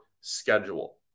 schedule